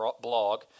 blog